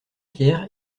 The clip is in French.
pierre